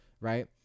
Right